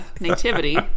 nativity